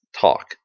talk